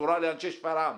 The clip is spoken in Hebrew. בשורה לאנשי שפרעם.